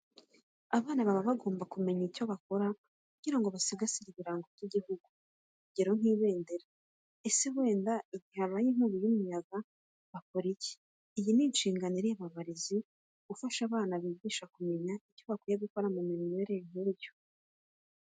Abana baba bagomba kumenya icyo bakora kugira ngo basigasire ibirango by'igihugu, urugero nk'ibendera. Ese wenda igihe habaye inkubi y'umuyaga bakora iki? Iyi ni inshingano ireba abarezi gufasha abana bigisha kumenya icyo bakwiye gukora mu mimerere nk'iyo.